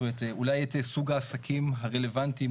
זאת אומרת אולי את סוג העסקים הרלוונטי,